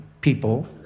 people